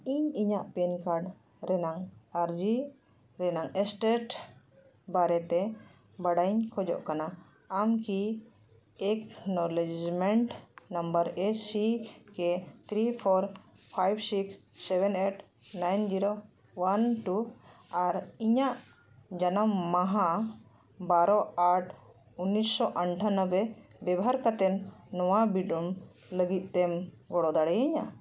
ᱤᱧ ᱤᱧᱟᱹᱝ PAN card ᱨᱮᱱᱟᱝ ᱟᱨᱡᱤ ᱨᱮᱱᱟᱜ ᱥᱴᱮᱴ ᱵᱟᱨᱮ ᱛᱮ ᱵᱟᱲᱟᱭᱤᱧ ᱠᱷᱚᱡᱚᱜ ᱠᱟᱱᱟ ᱟᱢ ᱠᱤ acknowledgement number A C K three four five six seven eight nine zero one two ᱟᱨ ᱤᱧᱟᱹᱜ ᱡᱟᱱᱟᱢ ᱢᱟᱦᱟ ᱵᱟᱨᱚ ᱟᱴ ᱩᱱᱤᱥᱥᱚ ᱟᱴᱷᱟ ᱱᱚᱵᱽᱵᱳᱭ ᱵᱮᱵᱚᱦᱟᱨ ᱠᱟᱛᱮᱫ ᱱᱚᱣᱟ ᱵᱤᱰᱟᱹᱢ ᱞᱟᱹᱜᱤᱫ ᱛᱮᱢ ᱜᱚᱲᱚ ᱫᱟᱲᱮᱭᱤᱧᱟ